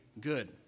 good